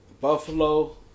Buffalo